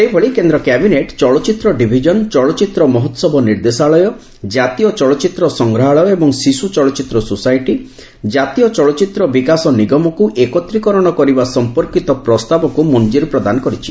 ସେହିଭଳି କେନ୍ଦ୍ର କ୍ୟାବିନେଟ୍ ଚଳଚ୍ଚିତ୍ର ଡିଭିଜନ୍ ଚଳଚ୍ଚିତ୍ର ମହୋତ୍ସବ ନିର୍ଦ୍ଦେଶାଳୟ ଜାତୀୟ ଚଳଚ୍ଚିତ୍ର ସଂଗ୍ରହାଳୟ ଏବଂ ଶିଶୁ ଚଳଚ୍ଚିତ୍ର ସୋସାଇଟି ଜାତୀୟ ଚଳଚ୍ଚିତ୍ର ବିକାଶ ନିଗମକୁ ଏକତ୍ରିକରଣ କରିବା ସମ୍ପର୍କୀତ ପ୍ରସ୍ତାବକୁ ମଞ୍ଜୁରୀ ପ୍ରଦାନ କରିଛି